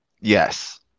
Yes